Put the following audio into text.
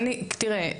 תראה,